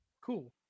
Cool